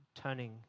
turning